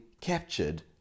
captured